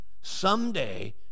Someday